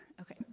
okay